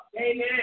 Amen